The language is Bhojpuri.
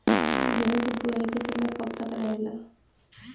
गेहूँ के बुवाई के समय कब तक रहेला?